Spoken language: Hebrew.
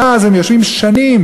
ואז הם יושבים שנים.